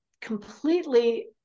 completely